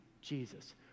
Jesus